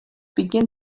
begin